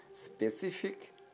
specific